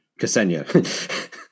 Ksenia